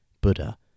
Buddha